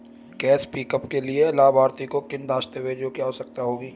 Cash pickup के लिए लाभार्थी को किन दस्तावेजों की आवश्यकता होगी?